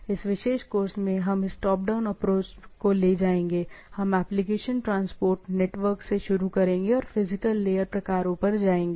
इस विशेष कोर्स में हम इस टॉप डाउन अप्रोच को ले जाएंगे हम एप्लीकेशन ट्रांसपोर्ट नेटवर्क से शुरू करेंगे और फिजिकल लेयर प्रकारों पर जाएंगे